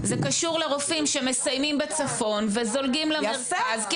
זה קשור לרופאים שמסיימים בצפון וזולגים למרכז כי